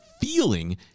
feeling